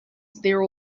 there